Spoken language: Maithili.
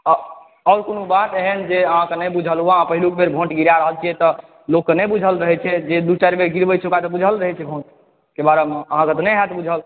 आर कोनो बात एहन जे अहाँके नहि बुझल हुए अहाँ पहिलुक बेर वोट गिरा रहल छियै तऽ लोकके नहि बुझल रहै छियै जे दू चारि बेर गिरबै छै ओकरा तऽ बुझल रहै छियै अहाँकेॅं तऽ नहि हैत बुझल